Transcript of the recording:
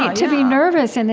um to be nervous. and